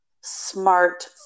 smart